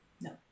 No